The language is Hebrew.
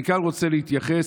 כאן אני רוצה להתייחס,